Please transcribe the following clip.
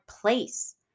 place